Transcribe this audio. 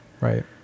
Right